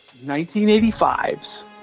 1985's